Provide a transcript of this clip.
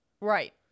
Right